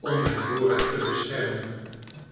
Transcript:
om mijn dora te beschermen